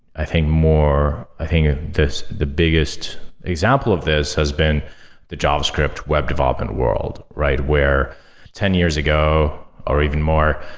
i think, more i think the biggest example of this has been the javascript web development world, right? where ten years ago or even more,